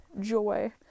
joy